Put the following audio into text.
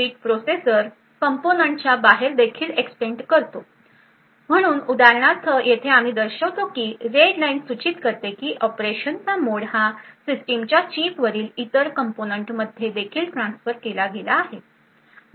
bit processor कंपोनेंटच्या बाहेर देखील एक्सटेंड करतो म्हणून उदाहरणार्थ येथे आम्ही दर्शवितो की रेड लाइन सूचित करते की ऑपरेशनचा मोड हा सिस्टमच्या चिपवरील इतर कंपोनेंटमध्ये देखील ट्रान्सफर केला गेला आहे